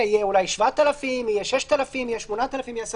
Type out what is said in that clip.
יהיה אולי קנס של 7,000 ש"ח או 6,000 ש"ח או 8,000 ש"ח,